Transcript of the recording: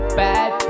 bad